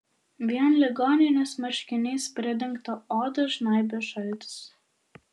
vien ligoninės marškiniais pridengtą odą žnaibė šaltis